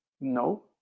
No